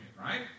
right